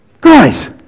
guys